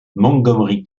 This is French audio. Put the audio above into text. montgomery